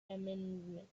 amendment